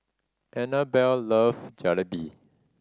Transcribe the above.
Annabell love Jalebi